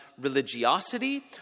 religiosity